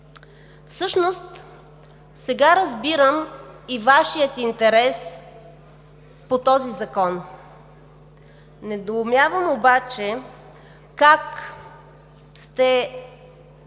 Всъщност сега разбирам и Вашия интерес по този закон. Недоумявам обаче как сте